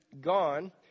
gone